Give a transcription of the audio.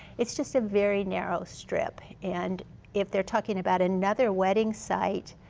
it's just a very narrow strip. and if they're talking about another wedding site,